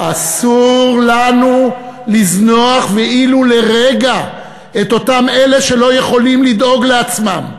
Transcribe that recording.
אסור לנו לזנוח ולו לרגע את אותם אלה שלא יכולים לדאוג לעצמם.